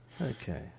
Okay